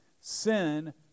Sin